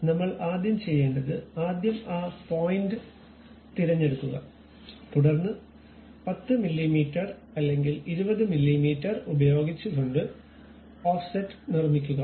അതിനായി നമ്മൾ ആദ്യം ചെയ്യേണ്ടത് ആദ്യം ആ പോയിന്റ് തിരഞ്ഞെടുക്കുക തുടർന്ന് 10 മില്ലീമീറ്റർ അല്ലെങ്കിൽ 20 മില്ലീമീറ്റർ ഉപയോഗിച്ചുകൊണ്ട് ഓഫ്സെറ്റ് നിർമിക്കുക